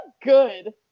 good